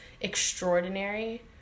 extraordinary